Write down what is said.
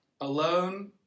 alone